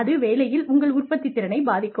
அது வேலையில் உங்கள் உற்பத்தித் திறனைப் பாதிக்கும்